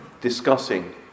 discussing